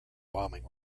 bombing